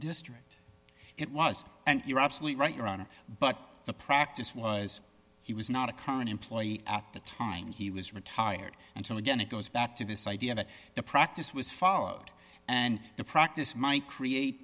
district it was and you're absolutely right your honor but the practice was he was not a current employee at the time he was retired and so again it goes back to this idea that the practice was followed and the practice might create